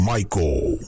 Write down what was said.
Michael